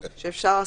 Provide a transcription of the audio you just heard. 9. הלאה.